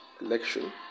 election